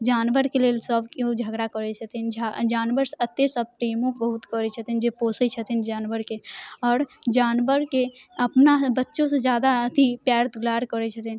जानवरके लेल सभ केओ झगड़ा करै छथिन झा जानवर एते सभ प्रेमो बहुत करै छथिन जे पोसै छथिन जानवरके आओर जानवरके अपना बच्चोसँ जादा अथी प्यार दुलार करै छथिन